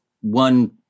one